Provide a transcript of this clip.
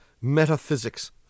metaphysics